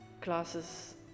classes